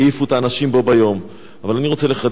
אבל אני רוצה לחדד את הדברים של חבר הכנסת זאב.